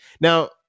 Now